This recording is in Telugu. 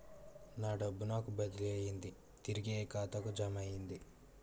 నా డబ్బు నాకు బదిలీ అయ్యింది తిరిగి నా ఖాతాకు జమయ్యింది